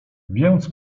więc